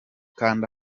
kanda